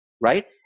right